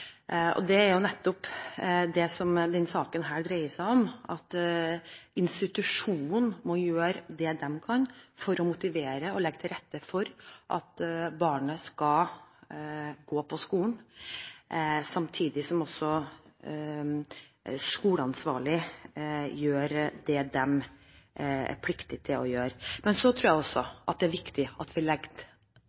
opplæringa.» Det er jo nettopp det denne saken dreier seg om, at institusjonen må gjøre det de kan for å motivere og legge til rette for at barnet skal gå på skolen, samtidig som også skoleansvarlig gjør det de er pliktig til å gjøre. Så tror jeg også det er viktig at vi legger